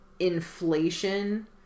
Inflation